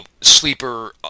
sleeper